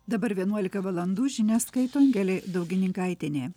dabar vienuolika valandų žinias skaito angelė daugininkaitienė